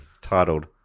titled